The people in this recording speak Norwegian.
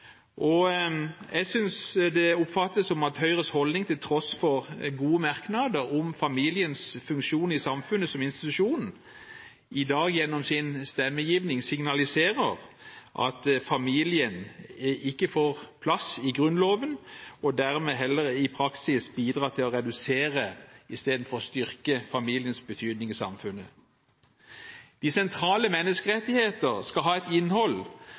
konsekvent. Jeg synes det kan oppfattes som at Høyre, til tross for gode merknader om familiens funksjon i samfunnet som institusjon, i dag gjennom sin stemmegivning signaliserer at familien ikke får plass i Grunnloven og dermed i praksis bidrar til å redusere istedenfor å styrke familiens betydning i samfunnet. De sentrale menneskerettigheter skal ha et innhold